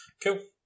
Cool